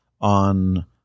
on